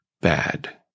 bad